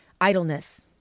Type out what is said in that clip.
Idleness